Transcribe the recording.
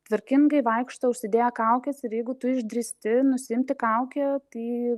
tvarkingai vaikšto užsidėję kaukes ir jeigu tu išdrįsti nusiimti kaukę tai